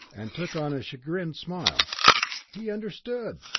and took on a chagrined smile he understood!